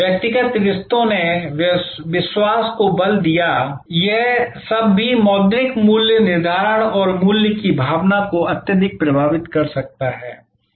व्यक्तिगत रिश्तों ने विश्वास को बल दिया यह सब भी मौद्रिक मूल्य निर्धारण और मूल्य की भावना को अत्यधिक प्रभावित कर सकता है